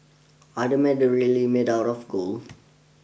are the medals really made out of gold